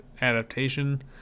adaptation